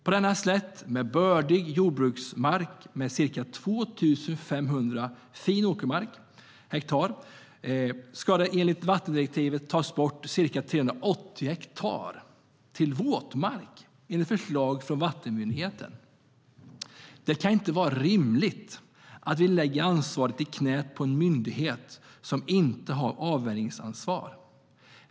På denna slätt med ca 2 500 hektar fin, bördig jordbruksmark ska det enligt vattendirektivet tas bort ca 380 hektar till våtmark. Detta enligt förslag från Havs och vattenmyndigheten. Det kan inte vara rimligt att vi lägger ansvaret i knät på en myndighet som inte har avvägningsansvar.